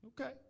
Okay